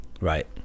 right